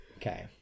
Okay